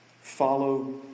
Follow